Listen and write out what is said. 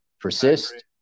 persist